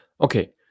Okay